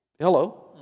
Hello